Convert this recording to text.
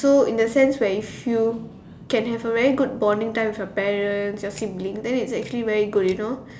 so in the sense if you can have a very good bonding time with your parents your siblings then it's actually very good you know